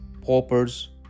paupers